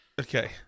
Okay